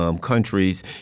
countries